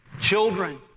children